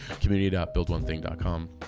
Community.buildonething.com